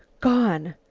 gone!